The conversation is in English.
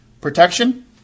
protection